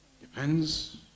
Depends